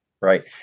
Right